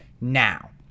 now